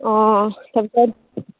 অঁ চবত